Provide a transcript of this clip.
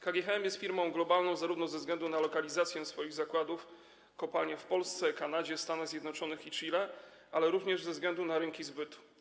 KGHM jest firmą globalną zarówno ze względu na lokalizację swoich zakładów, kopalń w Polsce, Kanadzie, Stanach Zjednoczonych i Chile, jak i ze względu na rynki zbytu.